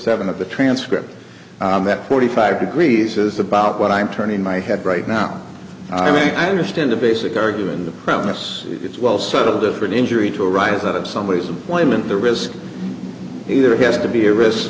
seven of the transcript on that forty five degrees is about what i'm turning my head right now i mean i understand the basic argument in the premise it's well sort of the for an injury to arise out of somebodies employment the risk either has to be a risk